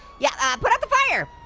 yeah, put out the fire!